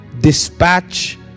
dispatch